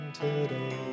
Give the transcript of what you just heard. today